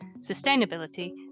sustainability